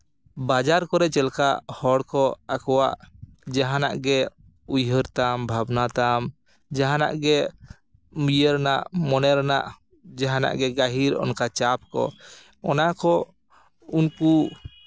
ᱵᱟᱡᱟᱨ ᱠᱚᱨᱮ ᱪᱮᱫ ᱞᱮᱠᱟ ᱦᱚᱲ ᱠᱚ ᱟᱠᱚᱣᱟᱜ ᱡᱟᱦᱟᱱᱟᱜ ᱜᱮ ᱩᱭᱦᱟᱹᱨ ᱛᱟᱢ ᱵᱷᱟᱵᱽᱱᱟ ᱛᱟᱢ ᱡᱟᱦᱟᱱᱟᱜ ᱜᱮ ᱤᱭᱟᱹ ᱨᱮᱱᱟᱜ ᱢᱚᱱᱮ ᱨᱮᱱᱟᱜ ᱡᱟᱦᱟᱱᱟᱜ ᱜᱮ ᱜᱟᱹᱦᱤᱨ ᱚᱱᱠᱟ ᱪᱟᱯ ᱠᱚ ᱚᱱᱟ ᱠᱚ ᱩᱱᱠᱩ